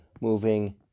moving